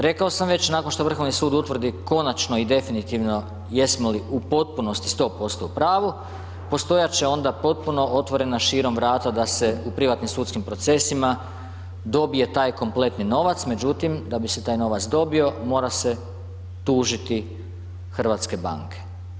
Rekao sam već nakon što Vrhovni sud utvrdi konačno i definitivno jesmo li u potpunosti 100% u pravu postojat će onda potpuno otvorena širom vrata da se u privatnim sudskim procesima dobije taj kompletni novac, međutim da bi se taj novac dobio mora se tužiti hrvatske banke.